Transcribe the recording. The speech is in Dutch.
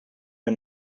een